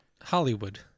Hollywood